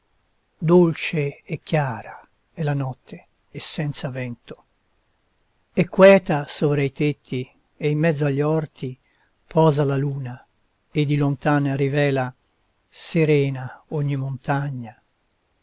dolce e chiara è la notte e senza vento e queta sovra i tetti e in mezzo agli orti posa la luna e di lontan rivela serena ogni montagna